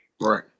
Right